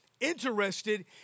interested